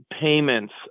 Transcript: payments